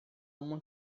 uma